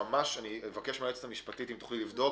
מבקש מהיועצת המשפטית, אם תוכלי לבדוק.